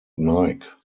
nike